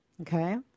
Okay